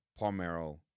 palmero